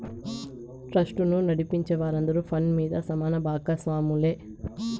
ట్రస్టును నడిపించే వారందరూ ఫండ్ మీద సమాన బాగస్వాములే